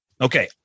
Okay